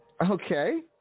Okay